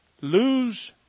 lose